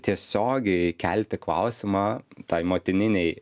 tiesiogiai kelti klausimą tai motininei